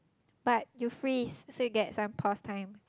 but you freeze so you get some pause time